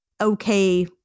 okay